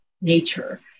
nature